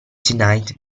tonight